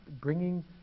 bringing